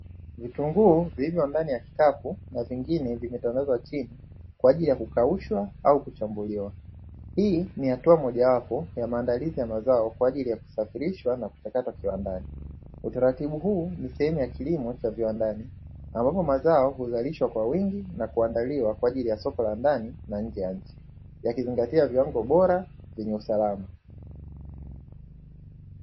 vitunguu vilivyo ndani ya kikapu na vingine vimetandazwa chini, kwa ajili ya kukaushwa au kuchambuliwa. Hii ni hatua mojawapo ya maandalizi ya mazao kwa ajili ya kusafirishwa na kuchakatwa kiwandani. Utaratibu huu ni sehemu ya kilimo cha viwandani, ambapo mazao huzalishwa kwa wingi na kuandaliwa kwa ajili ya soko la ndani na nje ya nchi, yakizingatia viwango bora vyenye usalama.